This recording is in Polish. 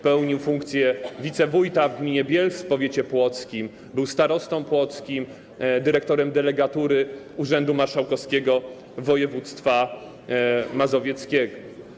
Pełnił funkcję wicewójta w gminie Bielsk w powiecie płockim, był starostą płockim, dyrektorem delegatury Urzędu Marszałkowskiego Województwa Mazowieckiego.